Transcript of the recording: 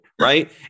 right